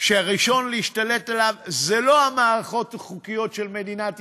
שהראשון להשתלט עליו זה לא המערכות החוקיות של מדינת ישראל,